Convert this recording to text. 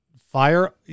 fire